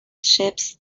ships